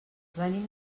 venim